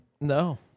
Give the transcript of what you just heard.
No